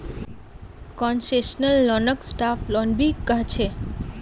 concessional लोनक soft loan भी कह छे